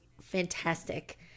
fantastic